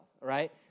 right